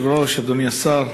כבוד היושב-ראש, אדוני השר,